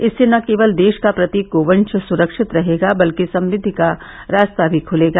इससे न केवल देश का प्रतीक गोवंश सुरक्षित रहेगा बल्कि समृद्धि का रास्ता भी खुलेगा